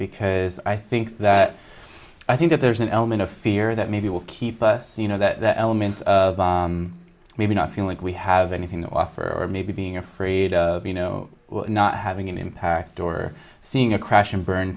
because i think that i think that there's an element of fear that maybe will keep us you know that element maybe not feel like we have anything to offer or maybe being afraid of you know not having an impact or seeing a crash and burn